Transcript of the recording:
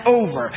over